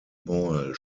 boyle